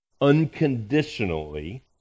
unconditionally